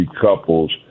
couples